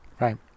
Right